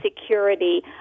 security